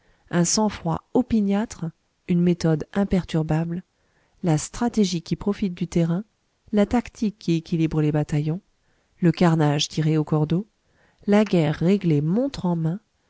un sang-froid opiniâtre une méthode imperturbable la stratégie qui profite du terrain la tactique qui équilibre les bataillons le carnage tiré au cordeau la guerre réglée montre en main